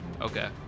Okay